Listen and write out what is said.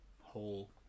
whole